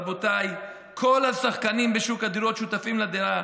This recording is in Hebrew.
רבותיי, כל השחקנים בשוק הדירות שותפים לדעה